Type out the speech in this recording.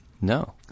No